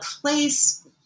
place